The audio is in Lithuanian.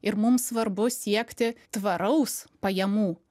ir mums svarbu siekti tvaraus pajamų